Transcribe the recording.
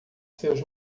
seus